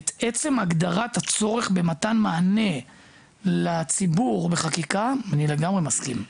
עצם הגדרת הצורך במתן מענה לציבור בחקיקה אני לגמרי מסכים.